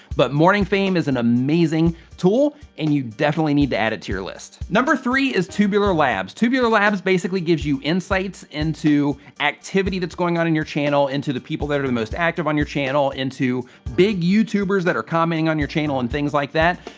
but, morningfame is an amazing tool and you definitely need to add it to your list. number three is tubular labs. tubular labs basically gives you insights into activity that's going on in your channel, into the people that are the most active on your channel, into big youtubers that are commenting on your channel and things like that.